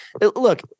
look